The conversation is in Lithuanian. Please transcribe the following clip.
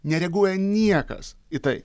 nereaguoja niekas į tai